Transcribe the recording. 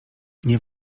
nie